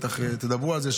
בטח תדברו על זה,